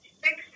six